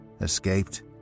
escaped